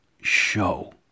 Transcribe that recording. show